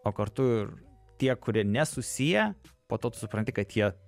o kartu ir tie kurie nesusiję po to tu supranti kad jie